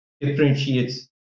differentiates